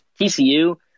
TCU